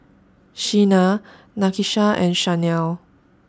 Shena Nakisha and Shanell